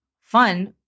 fun